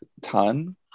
ton